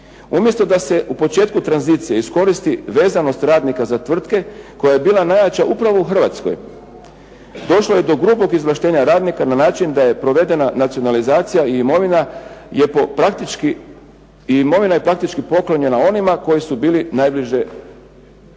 Umjesto da se u početku tranzicije iskoristi vezanost radnika za tvrtke, koja je bila najjača upravo u Hrvatskoj, došlo je do grubog izvlaštenja radnika na način da je provedena nacionalizacija i imovina je po praktički, i imovina je praktički poklonjena onima koji su bili najbliže vladajućima.